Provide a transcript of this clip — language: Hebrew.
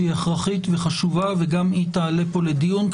שהיא הכרחית וחשובה וגם היא תעלה פה לדיון.